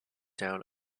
down